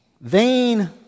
Vain